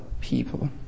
people